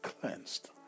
cleansed